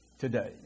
today